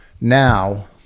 Now